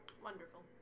Wonderful